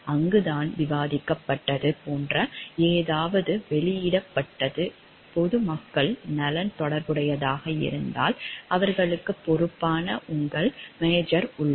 அங்குதான் விவாதிக்கப்பட்டது போன்ற ஏதாவது வெளியிடப்பட்டது பொது மக்கள் நலன் தொடர்புடையதாக இருந்தால் அவர்களுக்குப் பொறுப்பான உங்கள் மேஜர் உள்ளது